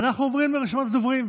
אנחנו עוברים לרשימת הדוברים.